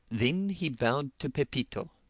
then he bowed to pepito.